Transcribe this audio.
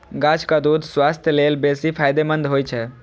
गाछक दूछ स्वास्थ्य लेल बेसी फायदेमंद होइ छै